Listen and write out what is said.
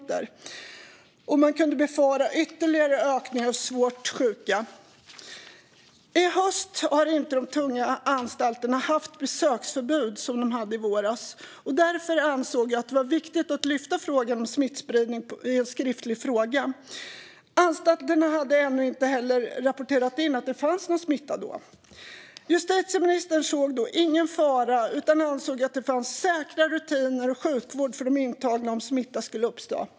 Och man kunde befara en ytterligare ökning av antalet svårt sjuka. I höst har de tunga anstalterna inte haft besöksförbud, som de hade i våras. Därför ansåg jag att det var viktigt att lyfta fram frågan om smittspridning i en skriftlig fråga. Anstalterna hade då inte heller rapporterat in att det fanns någon smitta. Justitieministern såg då ingen fara utan ansåg att det fanns säkra rutiner och sjukvård för de intagna om smitta skulle uppstå.